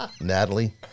natalie